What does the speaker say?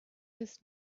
his